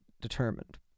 determined